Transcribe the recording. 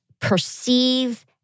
perceive